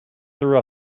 through